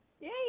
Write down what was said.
Yay